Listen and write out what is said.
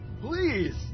please